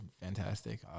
fantastic